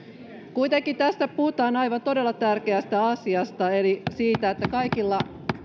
kuitenkin tässä puhutaan aivan todella tärkeästä asiasta eli siitä että kaikilla